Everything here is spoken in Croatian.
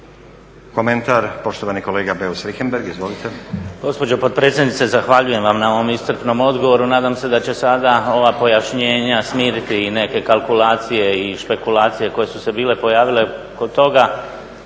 Komentar, poštovani kolega Beus Richembergh. Izvolite.